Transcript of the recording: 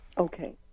okay